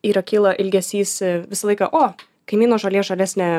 yra kyla ilgesys visą laiką o kaimyno žolė žalesnė